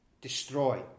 destroy